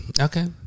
Okay